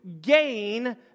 gain